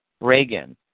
Reagan